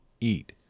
eat